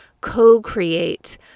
co-create